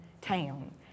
town